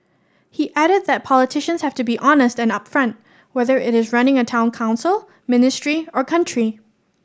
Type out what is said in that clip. he added that politicians have to be honest and upfront whether it is running a Town Council ministry or country